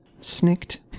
Snicked